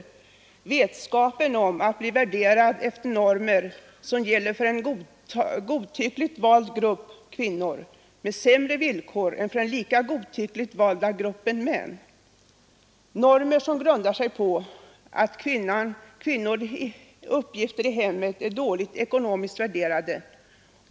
Därtill kommer vetskapen om att de blir värderade efter normer som gäller för en godtyckligt vald grupp kvinnor med sämre villkor än för en lika godtyckligt vald grupp män — normer som grundar sig på att kvinnornas arbetsuppgifter i hemmen är dåligt värderade i ekonomiskt avseende.